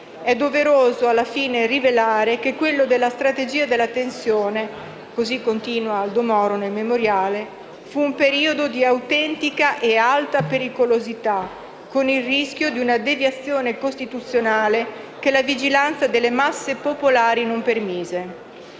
«È doveroso alla fine rivelare che quello della strategia della tensione» così continua Aldo Moro nel memoriale «fu un periodo di autentica e alta pericolosità, con il rischio di una deviazione costituzionale che la vigilanza delle masse popolari non permise».